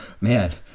Man